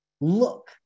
look